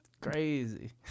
Crazy